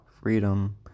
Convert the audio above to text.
freedom